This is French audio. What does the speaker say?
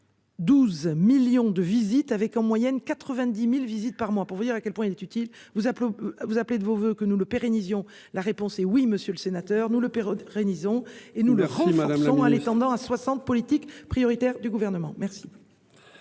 12 millions de visites avec en moyenne 90.000 visites par mois pour vous dire à quel point il est utile. Vous appelez, vous appelez de vos voeux que nous le pérennisons. La réponse est oui, monsieur le sénateur, nous le période. Relisons et nous le rend malade sont aller tendant à 60 politiques prioritaires du gouvernement. Merci.